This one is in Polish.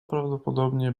prawdopodobnie